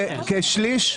כרבע עד שליש.